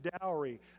dowry